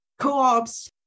co-ops